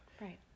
right